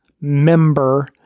member